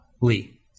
Lee